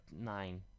Nine